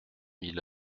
mille